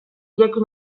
ireki